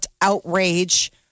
outrage